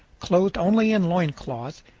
clothed only in loincloth,